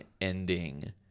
ending